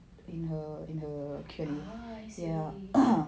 ah I see